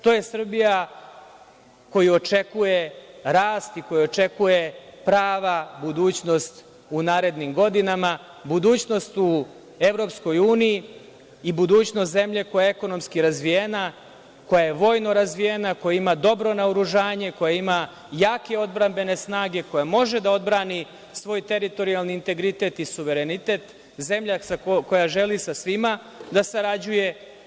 To je Srbija koju očekuje rast i koju očekuje prava budućnost u narednim godinama, budućnost u EU i budućnost zemlje koja je ekonomski razvijena, koja je vojno razvijena, koja ima dobro naoružanje, koja ima jake odbrambene snage, koja može da odbrani svoj teritorijalni integritet i suverenitet, zemlja koja želi sa svima da sarađuje.